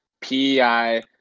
PEI